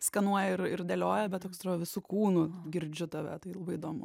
skenuoja ir ir dėlioja bet toks atrodo visu kūnu girdžiu tave tai įdomu